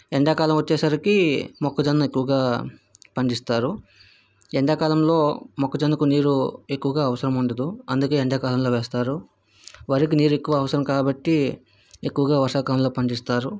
ఎండాకాలం వచ్చేసరికి మొక్కజొన్న ఎక్కువగా పండిస్తారు ఎండాకాలంలో మొక్కజొన్నకి నీరు ఎక్కువగా అవసరం ఉండదు అందుకు ఎండాకాలంలో వేస్తారు వరికి నీరు ఎక్కువ కావాలి కాబట్టి ఎక్కువగా వర్షాకాలంలో పండిస్తారు